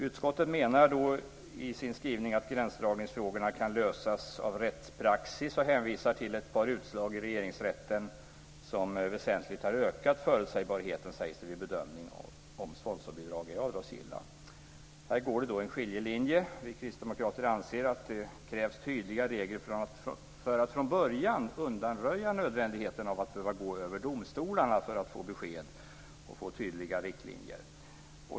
Utskottet säger i sin skrivning att gränsdragninsfrågorna kan lösas av rättspraxis och hänvisar till ett par utslag i Regeringsrätten som väsentligt har ökat förutsägbarheten, sägs det, vid bedömning av om sponsringsbidrag är avdragsgilla. Här går det en skiljelinje. Vi kristdemokrater anser att det krävs tydliga regler för att från början undanröja nödvändigheten av att gå över domstolarna för att få besked och tydliga riktlinjer.